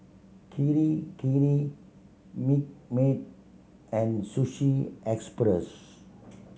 Kirei Kirei Milkmaid and Sushi Express